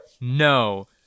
no